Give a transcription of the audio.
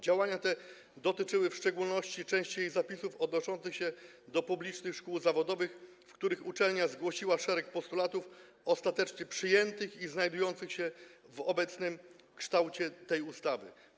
Działania te dotyczyły w szczególności części jej zapisów odnoszących się do publicznych szkół zawodowych, w których uczelnia zgłosiła szereg postulatów ostatecznie przyjętych i znajdujących się w obecnym kształcie tej ustawy.